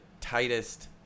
tightest